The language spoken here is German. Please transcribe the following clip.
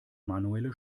manuelle